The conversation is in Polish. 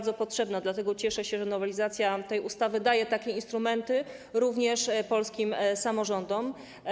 Dlatego cieszę się, że nowelizacja tej ustawy daje takie instrumenty również polskim samorządom.